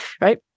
right